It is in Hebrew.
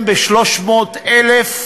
שלוש דקות לרשות אדוני.